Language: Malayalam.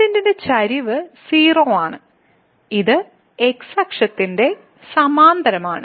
ടാൻജെന്റിന്റെ ചരിവ് 0 ആണ് ഇത് x അക്ഷത്തിന് സമാന്തരമാണ്